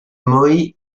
maui